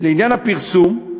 לעניין הפרסום,